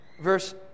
Verse